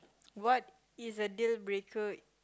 what is a dealbreaker